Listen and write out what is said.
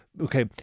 okay